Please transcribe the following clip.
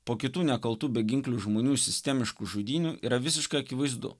po kitų nekaltų beginklių žmonių sistemiškų žudynių yra visiškai akivaizdu